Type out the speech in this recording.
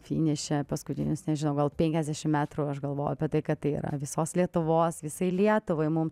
finiše paskutinius nežinau gal penkiasdešimt metrų aš galvojau apie tai kad tai yra visos lietuvos visai lietuvai mum